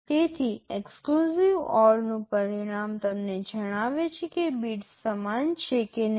તેથી exclusive or નું પરિણામ તમને જણાવે છે કે બિટ્સ સમાન છે કે નહીં